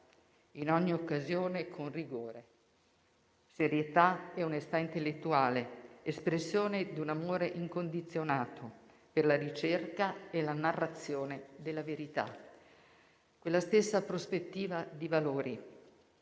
in ogni occasione con rigore, serietà e onestà intellettuale, espressione di un amore incondizionato per la ricerca e la narrazione della verità. Quella stessa prospettiva di valori